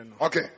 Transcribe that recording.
Okay